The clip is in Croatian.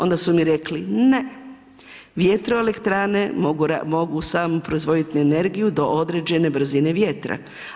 Onda su mi rekli ne, vjetroelektrane mogu samo proizvoditi energiju do određene brzine vjetra.